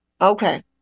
Okay